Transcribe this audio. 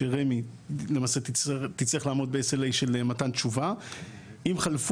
שרמ״י תצטרך לעמוד בהם למתן תשובה אם חלפו